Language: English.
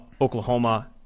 Oklahoma